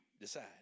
decide